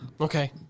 Okay